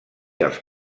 els